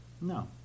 No